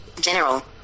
General